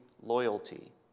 loyalty